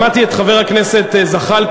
שמעתי את חבר הכנסת זחאלקה,